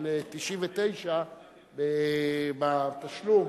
החלק לא פרופורציונלי של ערוץ-99 בתשלום,